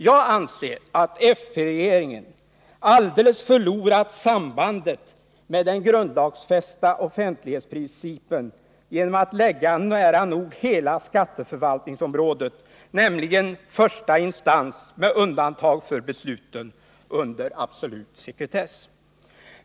Jag anser att fp-regeringen alldeles förlorade sambandet med den grundlagsfästa offentlighetsprincipen genom att lägga nära nog hela skatteförvaltningsområdet, nämligen första instans med undantag för besluten, under absolut sekretess.